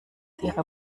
ihre